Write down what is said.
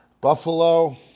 Buffalo